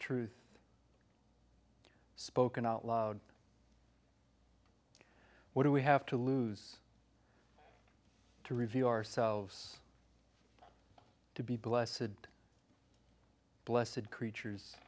truth spoken out loud what do we have to lose to review ourselves to be blasted blessid creatures